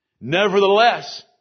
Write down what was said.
Nevertheless